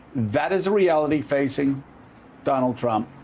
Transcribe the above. that is a reality facing donald trump.